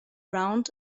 round